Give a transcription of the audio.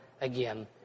again